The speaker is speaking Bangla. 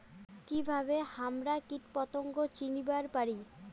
কিভাবে হামরা কীটপতঙ্গ চিনিবার পারি?